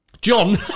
John